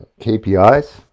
KPIs